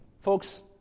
Folks